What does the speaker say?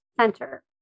center